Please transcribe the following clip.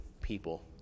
people